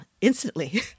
Instantly